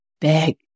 big